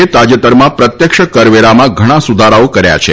એ તાજેતરમાં પ્રત્યક્ષ કરવેરામાં ઘણા સુધારાઓ કર્યા છે